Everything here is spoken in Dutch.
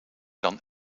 dan